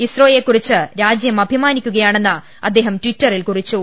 ഇസ്രോയെ കുറിച്ച് രാജ്യം അഭിമാനിക്കു കയാണെന്ന് അദ്ദേഹം ട്വിറ്ററിൽ കുറിച്ചു